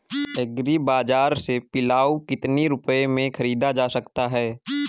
Agree बाजार से पिलाऊ कितनी रुपये में ख़रीदा जा सकता है?